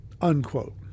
unquote